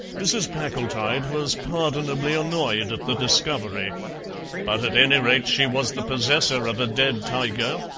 mrs. packletide was pardonably annoyed at the discovery but, at any rate, she was the possessor of a dead tiger,